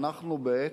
אנחנו בעת,